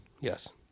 Yes